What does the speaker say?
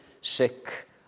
sick